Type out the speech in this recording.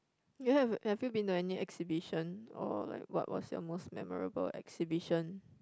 you have have you been to any exhibition or like what what's your most memorable exhibition